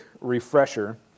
refresher